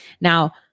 Now